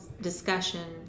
discussion